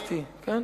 הפרקטי, כן.